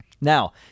Now